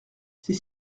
ces